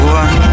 one